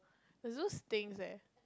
the zoo stinks leh